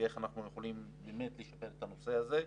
ואיך אנחנו יכולים באמת לשפר את הנושא הזה.